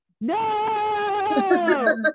no